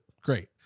great